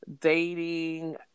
dating